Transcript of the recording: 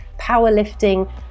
powerlifting